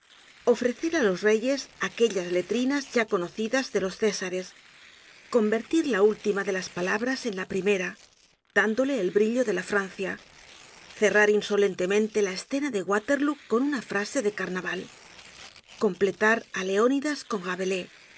á los reyes aquellas letrinas ya conocidas de los césares convertir la última de las palabras en la primera dándole el brillo de la francia cerrar insolentemente la escena de waterlóo con una frase de carnaval completar á leonidas con